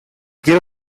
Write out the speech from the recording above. quiero